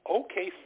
okay